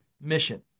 mission